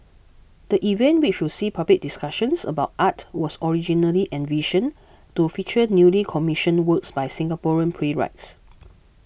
the event which will see public discussions about art was originally envisioned to feature newly commissioned works by Singaporean playwrights